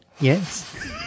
Yes